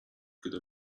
could